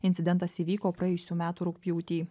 incidentas įvyko praėjusių metų rugpjūtį